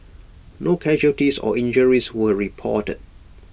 no casualties or injuries were reported